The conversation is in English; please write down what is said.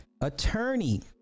attorney